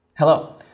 Hello